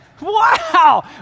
Wow